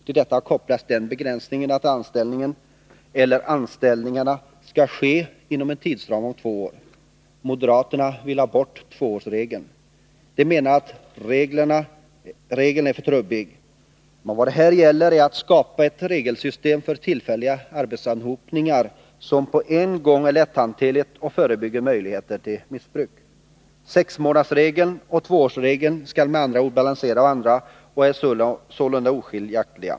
Till detta har kopplats den begränsningen att anställningen eller anställningarna skall ske inom en tidsram av två år. Moderaterna vill ha bort tvåårsregeln. De menar att regeln är för trubbig. Men vad det här gäller är att skapa ett regelsystem för tillfälliga arbetsanhopningar, som på en gång är lätthanterligt och förebygger möjligheter till missbruk. Sexmånadersregeln och tvåårsregeln skall med andra ord balansera varandra och är sålunda oskiljaktiga.